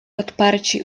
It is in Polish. odparci